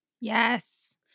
Yes